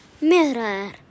mirror